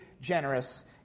generous